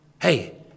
Hey